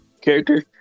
character